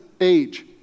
age